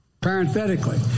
Parenthetically